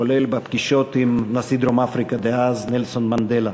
כולל בפגישות עם נשיא דרום-אפריקה דאז נלסון מנדלה.